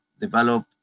develop